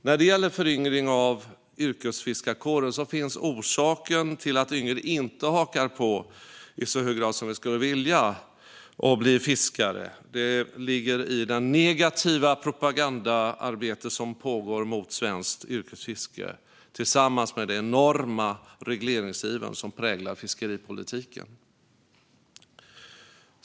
När det gäller föryngring av yrkesfiskarkåren finns orsaken till att yngre inte hakar på och blir fiskare i så hög grad som vi skulle vilja i det negativa propagandaarbete som pågår mot svenskt yrkesfiske, tillsammans med den enorma regleringsiver som präglar fiskeripolitiken.